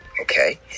Okay